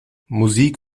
musik